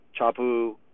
Chapu